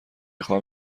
خواهم